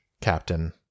Captain